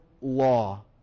law